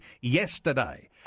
yesterday